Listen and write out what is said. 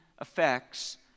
effects